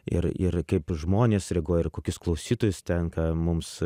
ir ir kaip žmonės reaguoja ir kokius klausytojus tenka mums